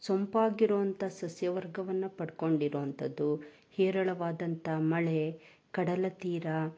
ಸೊಂಪಾಗಿರುವಂಥ ಸಸ್ಯವರ್ಗವನ್ನು ಪಡ್ಕೊಂಡಿರುವಂಥದ್ದು ಹೇರಳವಾದಂಥ ಮಳೆ ಕಡಲ ತೀರ